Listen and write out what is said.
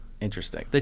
Interesting